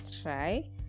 try